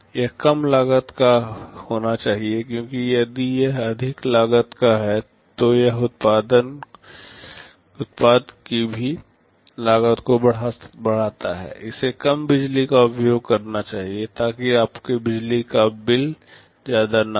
यह कम लागत का होना चाहिए क्योंकि यदि यह अधिक लागत का है तो यह उत्पाद की लागत को भी बढ़ाता है इसे कम बिजली का उपभोग करना चाहिए ताकि आपके बिजली का बिल ज़्यादा ना हो